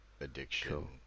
addiction